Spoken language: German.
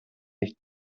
nicht